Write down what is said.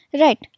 Right